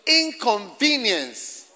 inconvenience